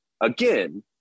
again